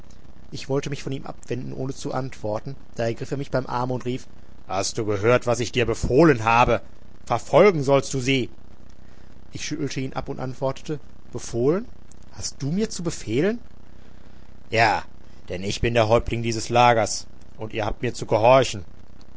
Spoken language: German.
ich wollte mich von ihm abwenden ohne zu antworten da ergriff er mich beim arme und rief hast du gehört was ich dir befohlen habe verfolgen sollst du sie ich schüttelte ihn von mir ab und antwortete befohlen hast du mir zu befehlen ja denn ich bin der häuptling dieses lagers und ihr habt mir zu gehorchen